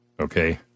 okay